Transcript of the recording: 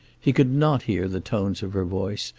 he could not hear the tones of her voice,